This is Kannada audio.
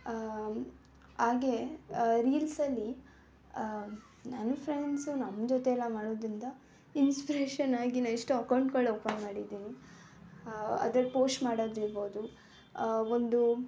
ಹಾಗೆ ರೀಲ್ಸಲ್ಲಿ ನನ್ನ ಫ್ರೆಂಡ್ಸು ನಮ್ಮ ಜೊತೆಯೆಲ್ಲ ಮಾಡೋದರಿಂದ ಇನ್ಸ್ಪ್ರೇಷನಾಗಿ ನಾನು ಎಷ್ಟೋ ಅಕೌಂಟ್ಗಳು ಓಪನ್ ಮಾಡಿದ್ದೀನಿ ಅದ್ರಲ್ಲಿ ಪೋಶ್ಟ್ ಮಾಡೋದಿರ್ಬೋದು ಒಂದು